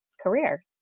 career